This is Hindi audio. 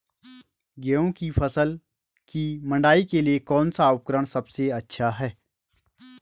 गेहूँ की फसल की मड़ाई के लिए कौन सा उपकरण सबसे अच्छा है?